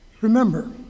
Remember